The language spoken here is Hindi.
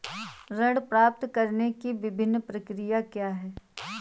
ऋण प्राप्त करने की विभिन्न प्रक्रिया क्या हैं?